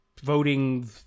voting